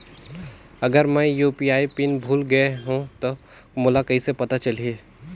अगर मैं UPI pin भुल गये हो तो मोला कइसे पता चलही?